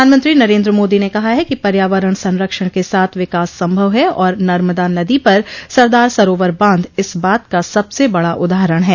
प्रधानमंत्री नरेन्द्र मोदी ने कहा है कि पर्यावरण संरक्षण के साथ विकास संभव है और नर्मदा नदी पर सरदार सरोवर बांध इस बात का सबसे बड़ा उदाहरण है